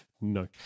No